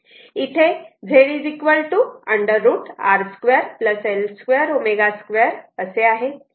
इथे Z √ R 2 L2 ω 2 असे आहे